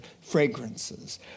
fragrances